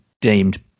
deemed